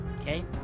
Okay